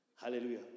Hallelujah